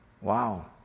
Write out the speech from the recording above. Wow